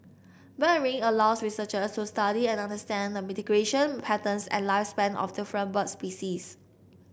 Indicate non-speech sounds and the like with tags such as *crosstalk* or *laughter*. bird ringing allows researchers to study and understand the *unintelligible* patterns and lifespan of different bird species